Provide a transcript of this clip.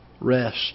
rest